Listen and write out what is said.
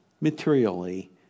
materially